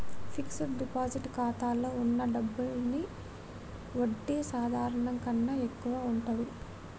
fixed deposit ఖాతాలో వున్న డబ్బులకి వడ్డీ సాధారణం కన్నా ఎక్కువగా ఉంటది